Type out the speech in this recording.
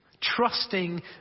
Trusting